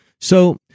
So-